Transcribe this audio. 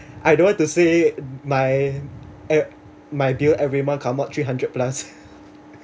I don't want to say my every my bill every month come out three hundred plus